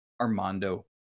Armando